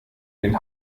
den